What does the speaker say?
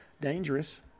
dangerous